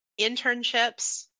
internships